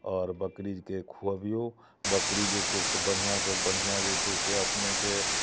आओर बकरीके खुअबियौ बकरी जे छै से बढ़िआँसँ बढ़िआँ जे छै से अपनेके